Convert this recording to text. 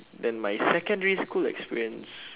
then my secondary school experience